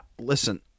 listen